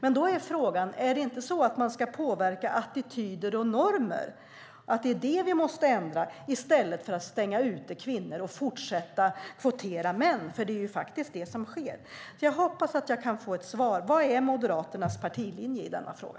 Men då är frågan om man inte ska påverka och ändra attityder och normer i stället för att stänga ute kvinnor och fortsätta kvotera in män, för det är faktiskt det som sker. Jag hoppas att jag kan få ett svar på vad som är Moderaternas partilinje i denna fråga.